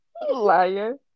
Liar